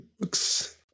looks